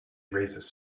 raises